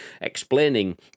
explaining